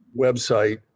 website